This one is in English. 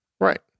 Right